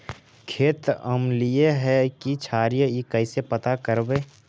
खेत अमलिए है कि क्षारिए इ कैसे पता करबै?